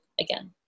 again